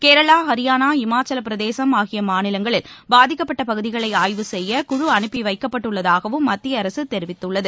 கேரளா ஹரியானா இமாசலப்பிரதேசம் ஆகியமாநிலங்களில் பாதிக்கப்பட்டபகுதிகளைஆய்வு செய்ய குழு அனுப்பிவைக்கப்பட்டுள்ளதாகவும் மத்தியஅரசுதெரிவித்துள்ளது